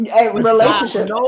relationship